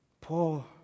Paul